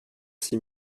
six